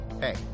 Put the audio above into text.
Hey